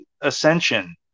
Ascension